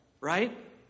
Right